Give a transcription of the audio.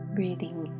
Breathing